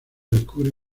descubre